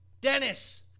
Dennis